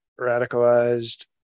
radicalized